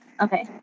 Okay